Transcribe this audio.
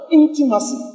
intimacy